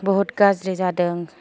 बहुत गाज्रि जादों